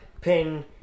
PIN